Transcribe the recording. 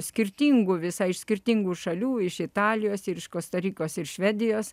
skirtingų visai iš skirtingų šalių iš italijos ir iš kosta rikos ir švedijos